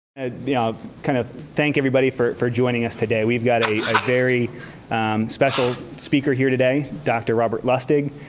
yeah kind of thank everybody for for joining us today. we've got a very special speaker here today, dr. robert lustig.